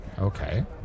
Okay